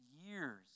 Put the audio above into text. years